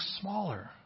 smaller